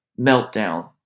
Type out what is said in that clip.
meltdown